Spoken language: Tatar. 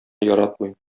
яратмый